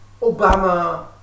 Obama